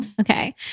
Okay